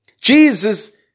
Jesus